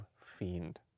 fiend